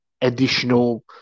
additional